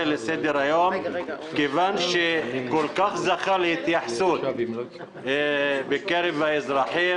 לסדר היום כיוון שהוא זכה להתייחסות בקרב האזרחים,